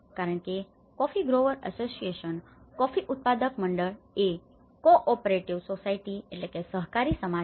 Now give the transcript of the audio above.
કારણ કે coffee grower association coffee growers association coffee ઉત્પાદક મંડળ એ cooperative society cooperative society સહકારી સમાજ છે